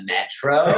Metro